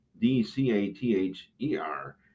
D-C-A-T-H-E-R